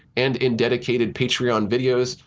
and in dedicated patreon videos,